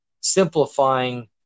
simplifying